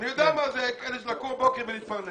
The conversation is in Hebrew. אני יודע מה זה לקום בבוקר ולהתפרנס.